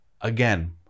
Again